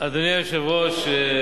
אדוני היושב-ראש,